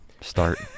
start